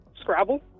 Scrabble